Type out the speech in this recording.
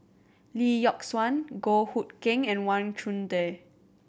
Lee Yock Suan Goh Hood Keng and Wang Chunde